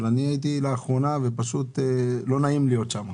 אבל אני הייתי לאחרונה ופשוט לא נעים להיות שם.